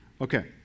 Okay